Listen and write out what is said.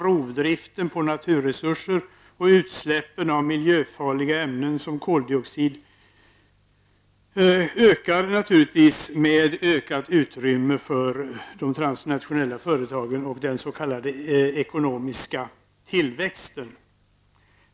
Rovdriften på naturresurser och utsläppen av miljöfarliga ämnen som koldioxid ökar naturligtvis med ökat utrymme för de transnationella företagen och den s.k. ekonomiska tillväxten.